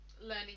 learning